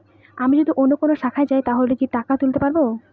আমি যদি অন্য কোনো শাখায় যাই তাহলে কি টাকা তুলতে পারব?